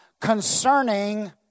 concerning